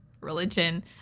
religion